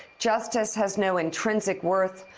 justice has no intrinsic worth.